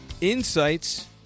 Insights